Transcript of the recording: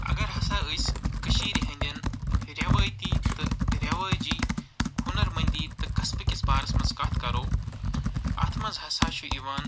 اَگر ہسا أسۍ کٔشیٖر ہنٛدیٚن ریٚوٲتی تہٕ ریٚوٲجی ہُنر مٔنٛدی تہٕ قَصبہٕ کِس بارَس منٛز کَتھ کرو اَتھ منٛز ہسا چھُ یِوان